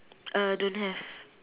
uh don't have